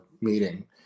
meeting